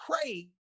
pray